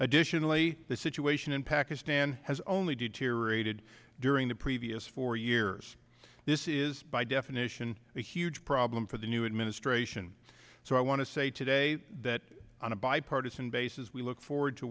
additionally the situation in pakistan has only deteriorated during the previous four years this is by definition a huge problem for the new administration so i want to say today that on a bipartisan basis we look forward to